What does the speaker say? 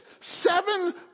seven